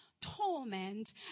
torment